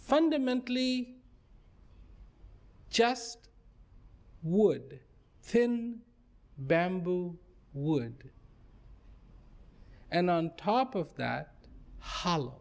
fundamentally just wood thin bamboo wood and on top of that ho